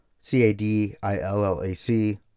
C-A-D-I-L-L-A-C